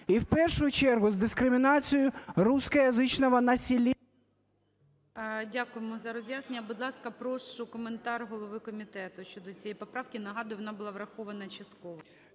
і в першу чергу з дискримінацією русскоязычного населения…